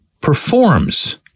performs